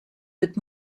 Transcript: bit